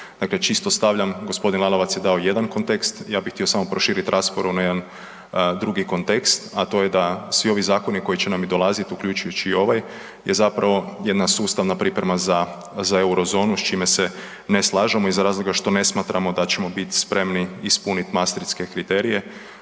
Dakle, čisto stavljam, gospodin Lalovac je dao jedan kontekst, ja bih htio samo proširiti raspravu na jedan drugi kontekst, a to je da svi ovi zakoni koji će nam i dolaziti, uključujući i ovaj je zapravo jedna sustavna priprema za Eurozonu s čime se ne slažemo iz razloga što ne smatramo da ćemo biti spremni ispuniti maastrichtske kriterije.